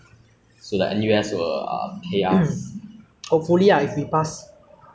uh what everyday activity would be a torture if you had to do it for eight hours straight